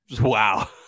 wow